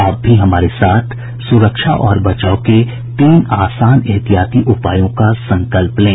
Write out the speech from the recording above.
आप भी हमारे साथ सुरक्षा और बचाव के तीन आसान एहतियाती उपायों का संकल्प लें